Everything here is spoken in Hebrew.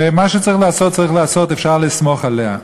ומה שצריך לעשות צריך לעשות, אפשר לסמוך עליו.